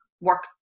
work